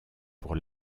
pour